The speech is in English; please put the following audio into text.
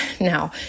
Now